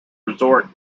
resort